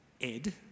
Ed